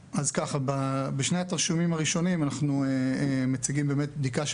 בשני התרשימים הראשונים אנחנו מציגים בדיקה של